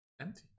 empty